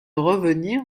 revenir